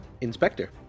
Inspector